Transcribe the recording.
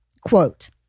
quote